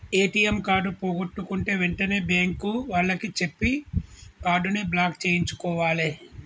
ATM card పోగొట్టుకుంటే వెంటనే bank వాళ్లకి చెప్పి కార్డుని బ్లాక్ చేయించుకోవాలే